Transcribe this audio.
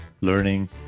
learning